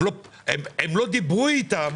חודשיים הם לא דיברו איתם.